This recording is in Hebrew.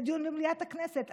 לדיון במליאת הכנסת.